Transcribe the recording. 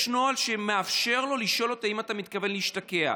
יש נוהל שמאפשר לו לשאול אותו: האם אתה מתכוון להשתקע?